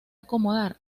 acomodar